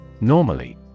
Normally